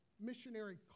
missionary